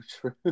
true